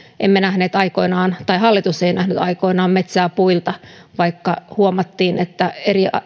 emme nähneet aikoinaan tai hallitus ei nähnyt aikoinaan metsää puilta vaikka huomattiin että